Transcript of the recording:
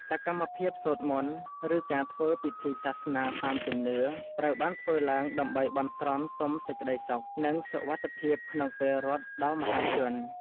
សកម្មភាពសូត្រមន្ត ឬការធ្វើពិធីសាសនាតាមជំនឿ ត្រូវបានធ្វើឡើងដើម្បីបន់ស្រន់សុំសេចក្ដីសុខ និងសុវត្ថិភាពក្នុងពេលរត់ដល់មហាជន។